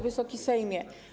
Wysoki Sejmie!